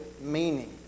meaning